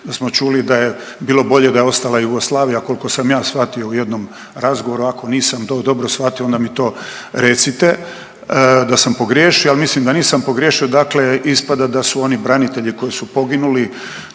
da smo čuli da je bilo bolje da je ostala Jugoslavija koliko sam ja shvatio u jednom razgovoru, ako nisam to dobro shvatio onda mi to recite da sam pogriješio, ali mislim da nisam pogriješio, dakle ispada da su oni branitelji koji su poginuli,